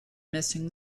missing